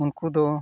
ᱩᱱᱠᱩ ᱫᱚ